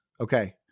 Okay